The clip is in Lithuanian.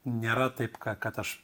nėra taip ka kad aš